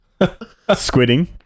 Squidding